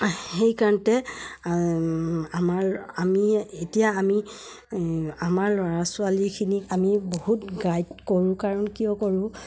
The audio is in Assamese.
সেইকাৰণতে আমাৰ আমি এতিয়া আমি আমাৰ ল'ৰা ছোৱালীখিনিক আমি বহুত গাইড কৰোঁ কাৰণ কিয় কৰোঁ